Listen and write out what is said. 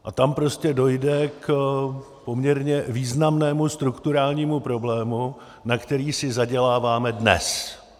A tam prostě dojde k poměrně významnému strukturálnímu problému, na který si zaděláváme dnes.